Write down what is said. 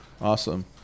awesome